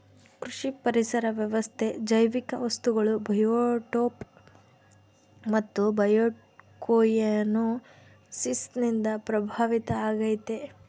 ಕೃಷಿ ಪರಿಸರ ವ್ಯವಸ್ಥೆ ಜೈವಿಕ ವಸ್ತುಗಳು ಬಯೋಟೋಪ್ ಮತ್ತು ಬಯೋಕೊಯನೋಸಿಸ್ ನಿಂದ ಪ್ರಭಾವಿತ ಆಗೈತೆ